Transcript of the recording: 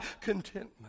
contentment